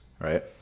right